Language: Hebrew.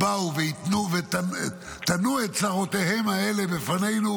ובאו והתנו ותינו את צרותיהן האלה בפנינו,